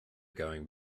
going